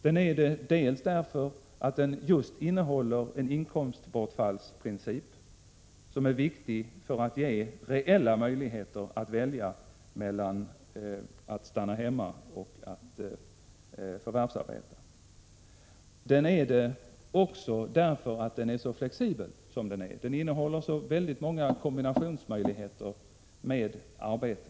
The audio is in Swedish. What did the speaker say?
Den är det dels därför att den just innehåller en inkomstbortfallsprincip som är viktig för att ge reella möjligheter att välja mellan att stanna hemma och att förvärvsarbeta, dels därför att den är flexibel. Den innehåller så väldigt många kombinationsmöjligheter med arbete.